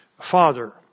father